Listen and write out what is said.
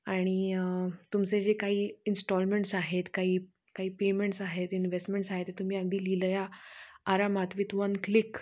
आणि तुमचे जे काही इन्स्टॉलमेंट्स आहेत काही काही पेमेंट्स आहेत इन्व्हेस्टमेंट्स आहेत ते तुम्ही अगदी लिहिलं या आरामात विद वन क्लिक